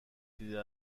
دیده